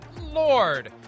Lord